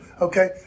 okay